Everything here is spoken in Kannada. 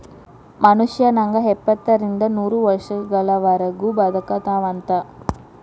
ಮನುಷ್ಯ ನಂಗ ಎಪ್ಪತ್ತರಿಂದ ನೂರ ವರ್ಷಗಳವರಗು ಬದಕತಾವಂತ